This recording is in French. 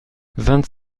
vingt